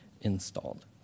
installed